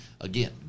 Again